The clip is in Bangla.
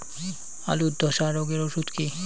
আলুর ধসা রোগের ওষুধ কি?